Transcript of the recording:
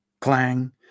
clang